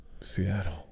Seattle